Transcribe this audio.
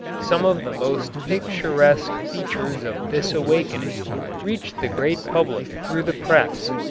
some of the most picturesque features of this awakening reached the great public through the press.